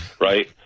right